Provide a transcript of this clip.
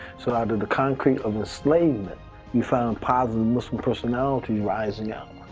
so out of the concrete of enslavement we found positive muslim personalities rising up.